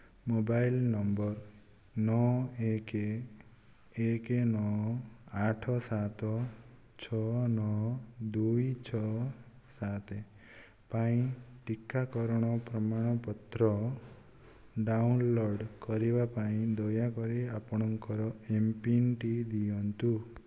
mobile number ନଅ ଏକ ଏକ ନଅ ଆଠ ସାତ ଛଅ ନଅ ଦୁଇ ଛଅ ସାତ ପାଇଁ ଟିକାକରଣ ପ୍ରମାଣପତ୍ର ଡାଉନଲୋଡ଼୍ କରିବା ପାଇଁ ଦୟାକରି ଆପଣଙ୍କର ଏମ୍ପିନ୍ଟି ଦିଅନ୍ତୁ